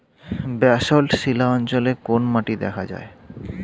Basalt শিলা অঞ্চলে কোন মাটি দেখা যায়?